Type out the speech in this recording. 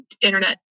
internet